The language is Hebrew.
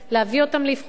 להביא אותם לאבחונים,